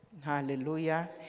Hallelujah